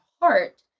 heart